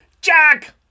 jack